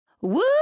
Woo